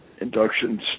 inductions